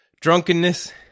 drunkenness